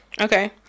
Okay